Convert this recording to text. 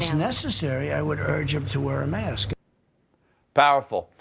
and necessary i would urge them to wear a mask powerful,